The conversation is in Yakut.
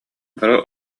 бары